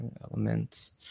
elements